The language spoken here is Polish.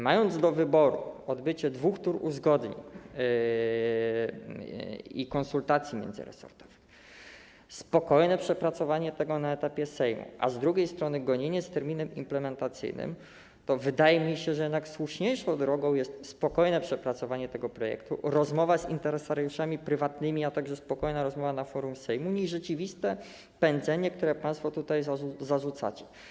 Mając do wyboru odbycie dwóch tur uzgodnień i konsultacji międzyresortowych, spokojne przepracowanie tego na etapie Sejmu, a z drugiej strony gonienie z terminem implementacyjnym, wydaje mi się, że jednak słuszniejszą drogą jest spokojne przepracowanie tego projektu, rozmowa z interesariuszami prywatnymi, a także spokojna rozmowa na forum Sejmu niż rzeczywiste pędzenie, które państwo tutaj zarzucacie.